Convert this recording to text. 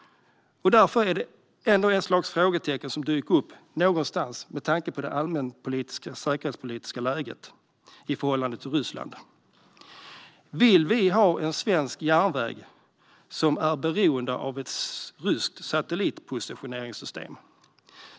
Därför är det ännu ett frågetecken som dyker upp med tanke på det allmänna säkerhetspolitiska läget i förhållande till Ryssland. Vill vi ha en svensk järnväg som är beroende av ett ryskt satellitpositioneringssystem?